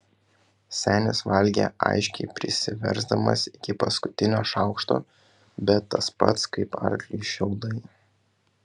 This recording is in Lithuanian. senis valgė aiškiai prisiversdamas iki paskutinio šaukšto bet tas pats kaip arkliui šiaudai